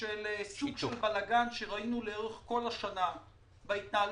של סוג של בלגן שראינו לאורך כל השנה בהתנהלות